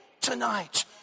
tonight